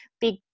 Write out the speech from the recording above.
big